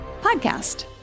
podcast